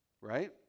Right